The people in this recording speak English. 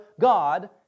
God